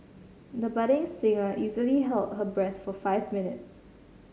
the budding singer easily held her breath for five minutes